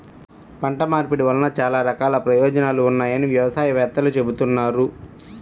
పంట మార్పిడి వలన చాలా రకాల ప్రయోజనాలు ఉన్నాయని వ్యవసాయ వేత్తలు చెబుతున్నారు